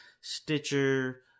stitcher